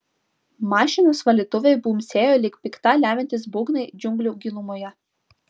mašinos valytuvai bumbsėjo lyg pikta lemiantys būgnai džiunglių gilumoje